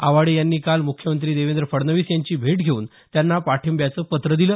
आवाडे यांनी काल मुख्यमंत्री देवेंद्र फडणवीस यांची भेट घेऊन त्यांना पाठिंब्याचं पत्र दिलं